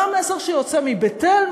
מה המסר שיוצא מבית-אל?